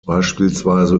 beispielsweise